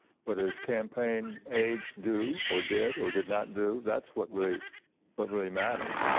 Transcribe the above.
what his campaign aides do or did or did not do. that's what really what really matters.